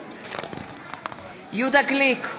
בעד יהודה גליק,